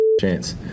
chance